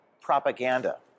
propaganda